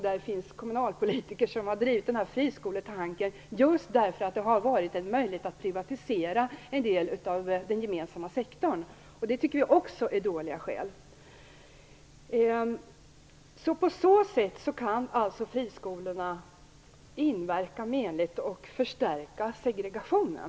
Det finns kommunalpolitiker som har drivit friskoletanken just därför att det har gett en möjlighet att privatisera den gemensamma sektorn. Det tycker vi också är dåliga skäl. På så sätt kan friskolorna inverka menligt och förstärka segregationen.